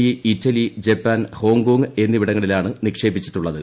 E Italy Japan Hong Kong എന്നിവിടങ്ങളിലാണ് നിക്ഷേപിച്ചിട്ടുള്ളത്